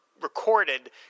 recorded